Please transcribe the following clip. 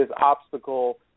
obstacle